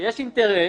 שיש אינטרס.